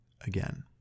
Again